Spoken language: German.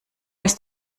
ist